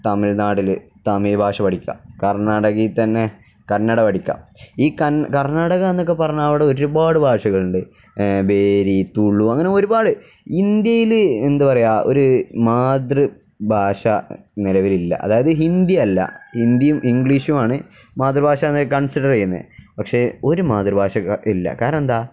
തമിഴ്നാടില് തമിഴ് ഭാഷ പഠിക്കാം കർണാടകയില്ത്തന്നെ കന്നഡ പഠിക്കാം ഈ കർണ്ണാടക എന്നൊക്കെ പറഞ്ഞാല് അവിടെ ഒരുപാട് ഭാഷകളുണ്ട് ബേരി തളു അങ്ങനെ ഒരുപാട് ഇന്ത്യയില് എന്താണു പറയുക ഒരു മാതൃ ഭാഷ നിലവിലില്ല അതായത് ഹിന്ദി അല്ല ഹിന്ദിയും ഇംഗ്ലീഷുമാണ് മാതൃഭാഷയെന്നു കൺസിഡറെയ്യുന്നേ പക്ഷെ ഒരു മാതൃഭാഷ ഇല്ല കാരണം എന്താണ്